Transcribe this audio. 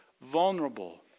vulnerable